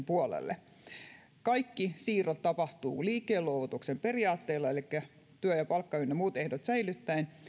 puolelle konserniin kaikki siirrot tapahtuvat liikkeenluovutuksen periaatteella elikkä työ ja palkka ynnä muut ehdot säilyttäen